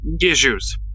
issues